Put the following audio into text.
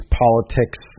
politics